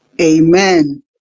Amen